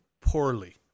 poorly